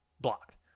Blocked